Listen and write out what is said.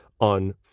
on